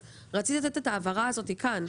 אז רציתי לתת את ההבהרה הזאת כאן.